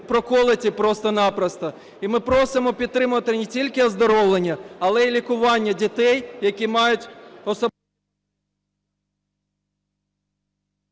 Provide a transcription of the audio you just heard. проколоті просто-на-просто. І ми просимо підтримати не тільки оздоровлення, але й лікування дітей, які мають…